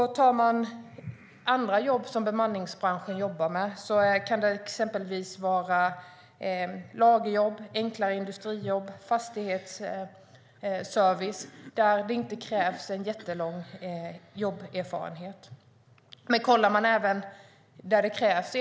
Andra branscher där bemanningsföretag verkar gäller lagerjobb, enklare industrijobb, fastighetsservice där det inte krävs en jättelång jobberfarenhet, men även jobb där detta krävs.